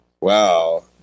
wow